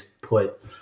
put